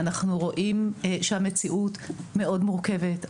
אנחנו רואים שהמציאות מאוד מורכבת,